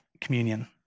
communion